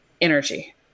energy